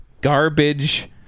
garbage